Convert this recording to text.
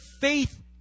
faith